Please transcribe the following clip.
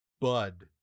bud